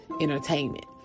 entertainment